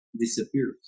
disappeared